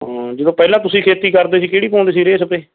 ਹਾਂ ਜਦੋਂ ਪਹਿਲਾਂ ਤੁਸੀਂ ਖੇਤੀ ਕਰਦੇ ਸੀ ਕਿਹੜੀ ਪਾਉਂਦੇ ਸੀ ਰੇਹ ਸਪਰੇ